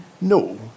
No